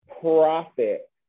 profit